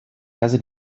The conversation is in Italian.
casa